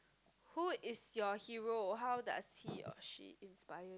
who is your hero how does he or she inspire